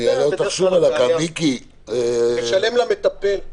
לשלם למטפל.